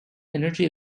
energy